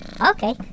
Okay